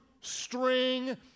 string